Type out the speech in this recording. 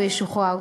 הוא ישוחרר.